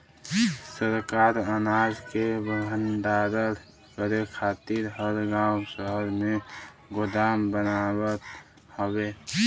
सरकार अनाज के भण्डारण करे खातिर हर गांव शहर में गोदाम बनावत हउवे